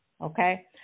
okay